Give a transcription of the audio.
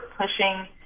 pushing